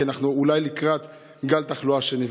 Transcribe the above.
כי אולי אנחנו לקראת גל תחלואה שני.